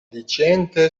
viciente